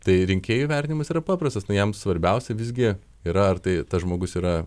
tai rinkėjų vertinimas yra paprastas na jiems svarbiausia visgi yra ar tai tas žmogus yra